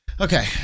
Okay